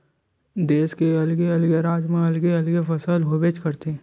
देस के अलगे अलगे राज म अलगे अलगे फसल होबेच करथे